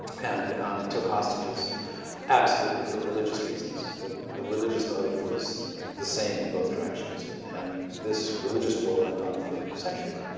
and took hostages absolutely for religious reasons. the the religious motive was the same in both directions. and this religious war went on for centuries.